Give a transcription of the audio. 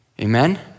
Amen